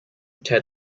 tell